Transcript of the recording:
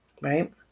right